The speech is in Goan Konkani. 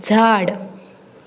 झाड